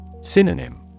Synonym